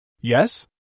Yes